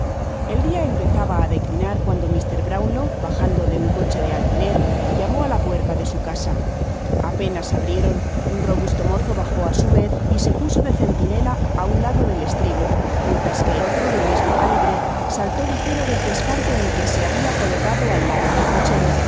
l dia empezaba á declinar cuando mr brownlow bajando de un coche de alquiler llamó á la puerta de su casa apenas abrieron un robusto mozo bajo á su vez y se puso de centinela á un lado del estribo mientras que otro del mismo calibre saltó ligero del pescante en que se habia colocado al lado del cochero y